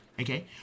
Okay